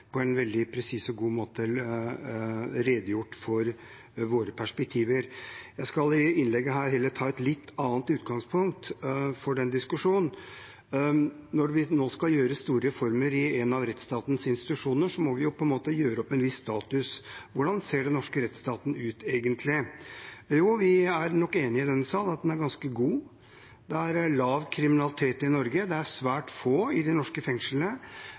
på en veldig presis og god måte har redegjort for våre perspektiver. Jeg skal i innlegget her heller ta et litt annet utgangspunkt for den diskusjonen. Når vi nå skal gjøre store reformer i en av rettsstatens institusjoner, må vi gjøre opp en viss status. Hvordan ser den norske rettsstaten ut, egentlig? Jo, vi er nok enige i denne sal om at den er ganske god. Det er lav kriminalitet i Norge, og det er svært få i de norske fengslene.